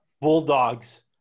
Bulldogs